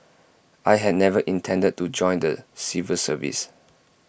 I had never intended to join the civil service